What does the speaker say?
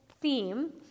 theme